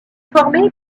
formé